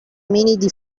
ominidi